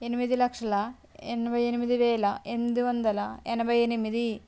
ఎనిమిది లక్షల ఎనభై ఎనిమిదివేల ఎనిమిది వందల ఎనభై ఎనిమిది